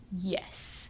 Yes